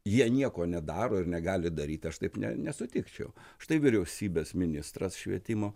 jie nieko nedaro ir negali daryt aš taip ne nesutikčiau štai vyriausybės ministras švietimo